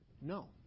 No